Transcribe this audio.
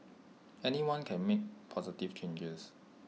anyone can make positive changes